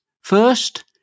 First